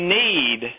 need